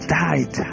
died